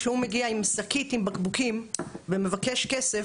כשהוא מגיע עם שקית עם בקבוקים ומבקש כסף,